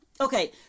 okay